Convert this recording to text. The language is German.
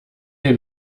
den